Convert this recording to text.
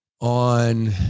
on